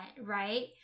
right